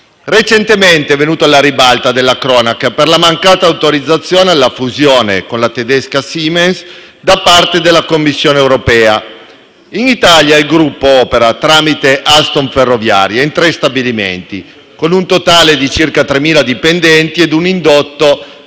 recentemente venuto alla ribalta della cronaca per la mancata autorizzazione alla fusione con la tedesca Siemens da parte della Commissione europea. In Italia il gruppo opera tramite Alstom ferroviaria in tre stabilimenti, con un totale di circa 3.000 dipendenti ed un indotto